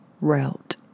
route